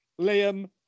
liam